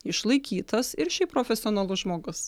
išlaikytas ir šiaip profesionalus žmogus